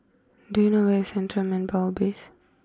do you know where is Central Manpower base